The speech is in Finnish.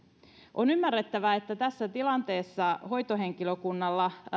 on ymmärrettävää että tässä tilanteessa hoitohenkilökunnalla